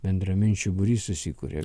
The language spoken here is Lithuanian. bendraminčių būrys susikuria